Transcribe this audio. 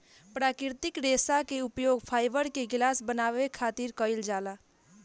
प्राकृतिक रेशा के उपयोग फाइबर के गिलास बनावे खातिर कईल जाला